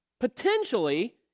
Potentially